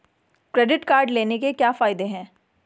Credit card लेने के क्या फायदे हैं?